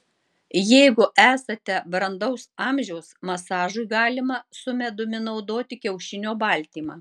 jeigu esate brandaus amžiaus masažui galima su medumi naudoti kiaušinio baltymą